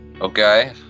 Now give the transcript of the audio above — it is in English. Okay